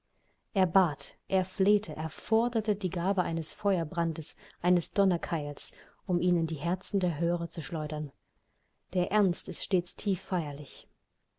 er erbat er erflehte er forderte die gabe eines feuerbrandes eines donnerkeils um ihn in die herzen der hörer zu schleudern der ernst ist stets tief feierlich